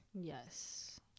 Yes